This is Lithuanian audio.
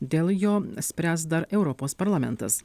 dėl jo spręs dar europos parlamentas